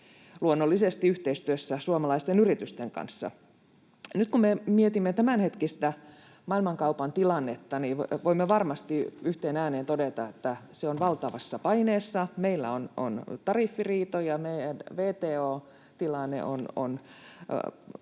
luonnollisesti yhteistyössä suomalaisten yritysten kanssa. Nyt kun me mietimme tämänhetkistä maailmankaupan tilannetta, niin voimme varmasti yhteen ääneen todeta, että se on valtavassa paineessa. Meillä on tariffiriitoja, WTO-tilanne on